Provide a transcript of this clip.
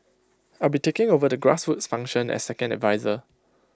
I'll be taking over the grassroots function as second adviser